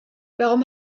warum